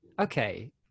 okay